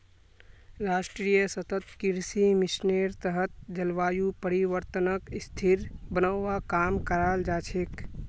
राष्ट्रीय सतत कृषि मिशनेर तहत जलवायु परिवर्तनक स्थिर बनव्वा काम कराल जा छेक